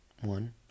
one